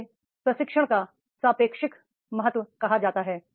इसे प्रशिक्षण का सापेक्षिक महत्व कहा जाता है